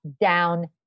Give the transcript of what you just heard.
down